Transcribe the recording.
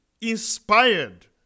inspired